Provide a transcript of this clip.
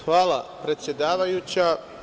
Hvala, predsedavajuća.